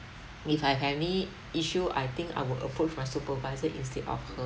if I have any issue I think I will approach my supervisor instead of her